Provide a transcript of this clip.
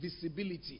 visibility